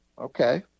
okay